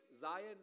Zion